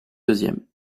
deuxième